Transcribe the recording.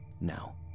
Now